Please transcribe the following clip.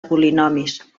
polinomis